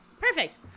Perfect